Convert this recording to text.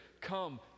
come